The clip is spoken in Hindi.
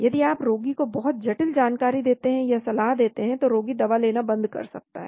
यदि आप रोगी को बहुत जटिल जानकारी देते हैं या सलाह देते हैं कि रोगी दवा लेना बंद कर सकता है